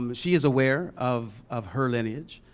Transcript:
um she is aware of of her lineage,